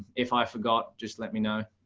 if i forgot, just let me know.